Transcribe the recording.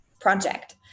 project